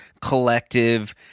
collective